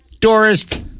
Tourist